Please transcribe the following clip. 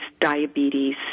diabetes